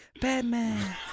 Batman